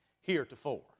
heretofore